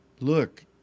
look